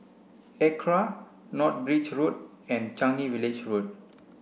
ACRA North Bridge Road and Changi Village Road